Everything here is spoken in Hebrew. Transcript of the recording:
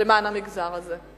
למען המגזר הזה.